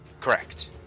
Correct